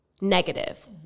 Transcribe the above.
negative